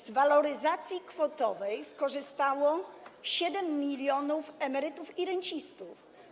Z waloryzacji kwotowej skorzystało 7 mln emerytów i rencistów.